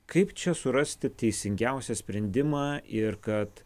kaip čia surasti teisingiausią sprendimą ir kad